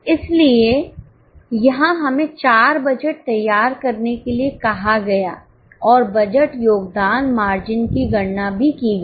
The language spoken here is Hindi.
इसलिए यहां हमें 4 बजट तैयार करने के लिए कहा गया और बजट योगदान मार्जिन की गणना भी की गई